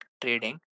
trading